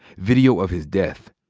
video of his death,